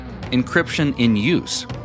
Encryption-in-use